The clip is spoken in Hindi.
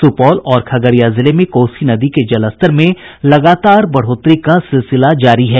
सुपौल और खगड़िया जिले में कोसी नदी के जलस्तर में लगातार बढ़ोतरी का सिलसिला जारी है